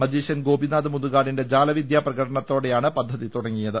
magician Gopinath മുതുകാടിന്റെ ജാലവിദ്യാ പ്രകടനത്തോടെയാണ് പദ്ധതി തുടങ്ങി യത്